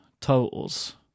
totals